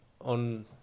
on